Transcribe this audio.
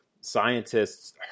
scientists